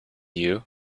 you